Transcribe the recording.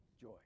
joy